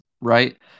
Right